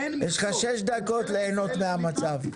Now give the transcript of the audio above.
יש לך שש דקות ליהנות מהמצב.